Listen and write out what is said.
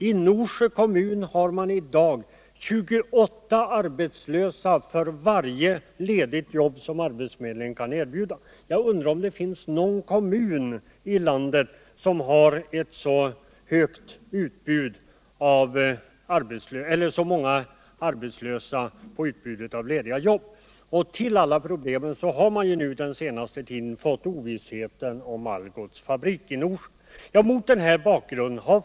I Norsjö kommun har man i dag 28 arbetslösa för varje ledigt jobb som arbetsförmedlingen kan erbjuda. Jag undrar om det Nr 159 finns någon kommun i landet som har så många arbetslösa på varje utbud av Onsdagen den lediga jobb. Till alla problem har den senaste tiden kommit ovissheten om 31 maj 1978 Algots fabrik i Norsjö.